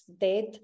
dead